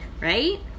right